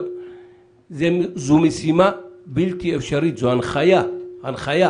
זו משימה בלתי אפשרית, זו הנחיה, הנחיה